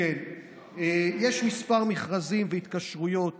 יש כמה מכרזים והתקשרויות